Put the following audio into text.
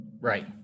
Right